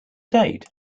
date